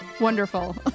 wonderful